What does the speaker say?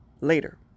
later